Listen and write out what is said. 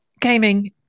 gaming